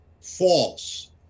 False